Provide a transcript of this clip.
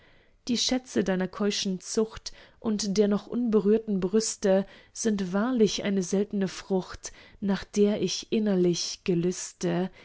die schätze deiner keuschen zucht und der noch unberührten brüste sind wahrlich eine seltne frucht nach der ich innerlich gelüste